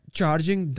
charging